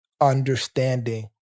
understanding